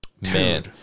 Man